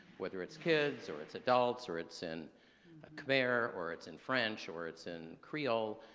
whether it's kids or it's adults or it's in ah khmer or it's in french or it's in creole.